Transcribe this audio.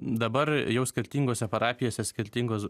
dabar jau skirtingose parapijose skirtingos